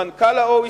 מנכ"ל ה-OECD,